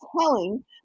telling